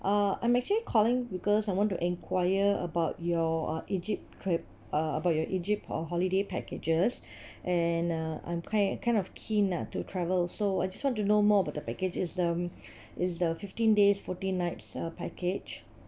uh I'm actually calling because I want to enquire about your uh egypt trip uh about your egypt uh holiday packages and uh I'm kind of kind of keen ah to travel so I just want to know more about the package is the is the fifteen days fourteen nights uh package